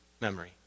memory